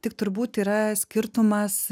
tik turbūt yra skirtumas